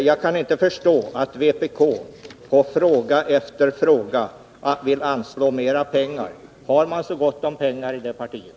Jag kan inte förstå att vpk i ärende efter ärende vill anslå mera pengar. Har man så gott om pengar i det partiet?